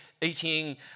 eating